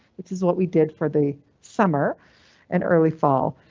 this is what we did for the summer and early fall,